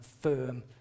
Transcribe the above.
firm